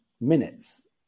minutes